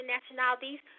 nationalities